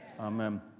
Amen